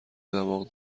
دماغ